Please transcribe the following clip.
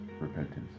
repentance